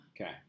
Okay